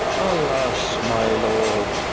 alas, my lord,